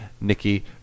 Nikki